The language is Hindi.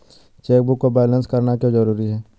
चेकबुक को बैलेंस करना क्यों जरूरी है?